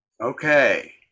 Okay